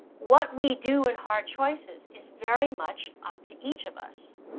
what we do in hard choices is very much up to each of us.